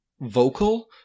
vocal